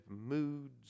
moods